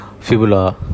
Fibula